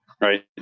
right